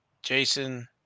Jason